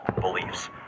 beliefs